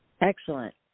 Excellent